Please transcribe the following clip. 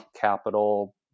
capital